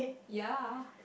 ye